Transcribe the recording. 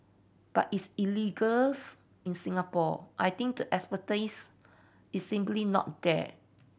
but it's in Singapore I think the expertise is simply not there